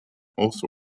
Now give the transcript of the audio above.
also